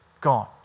gone